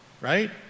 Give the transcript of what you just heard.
Right